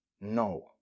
no